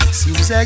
seems